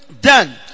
done